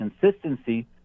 consistency